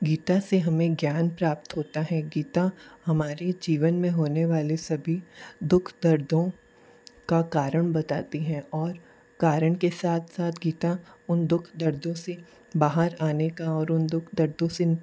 गीता से हमें ज्ञान प्राप्त होता है गीता हमारी जीवन में होने वाली सभी दुख दर्दों का कारण बताती है और कारण के साथ साथ गीता उन दुख दर्दों से बाहर आने का और उन दुख दर्दों से